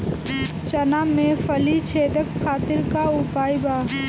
चना में फली छेदक खातिर का उपाय बा?